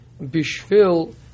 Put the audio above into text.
Bishvil